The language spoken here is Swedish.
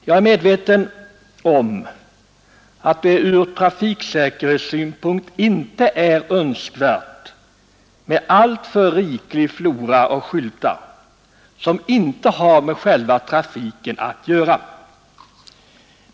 Jag är medveten om att det från trafiksäkerhetssynpunkt inte är önskvärt med en alltför riklig flora av skyltar, som inte har med själva trafiken att göra.